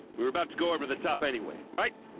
we were about to go over the top anyway, right?